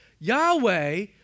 Yahweh